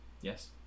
Yes